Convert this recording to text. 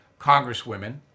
Congresswomen